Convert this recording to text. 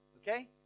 Okay